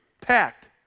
Packed